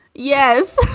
yes